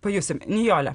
pajusim nijole